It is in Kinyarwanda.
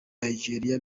nigeriya